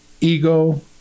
ego